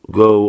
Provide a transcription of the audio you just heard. go